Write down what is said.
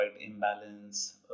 imbalance